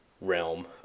realm